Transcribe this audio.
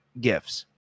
gifts